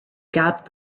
galloped